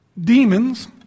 demons